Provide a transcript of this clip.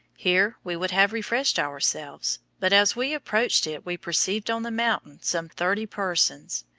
here we would have refreshed ourselves, but as we approached it we perceived on the mountain some thirty persons,